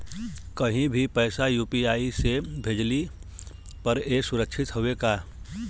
कहि भी पैसा यू.पी.आई से भेजली पर ए सुरक्षित हवे का?